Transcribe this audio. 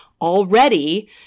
already